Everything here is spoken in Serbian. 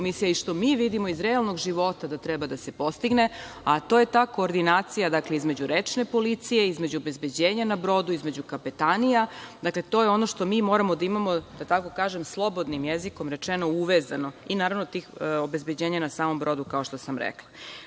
komisije i što mi vidimo iz realnog života da treba da se postigne jeste ta koordinacija između rečne policije, između obezbeđenja na brodu, između kapetanija. Dakle to je ono što moramo da imamo da tako kažem slobodnim jezikom rečeno uvezano i naravno tog obezbeđenja na samom brodu kao što sam